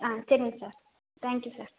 ஆ சரிங்க sir thank you sir